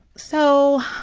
so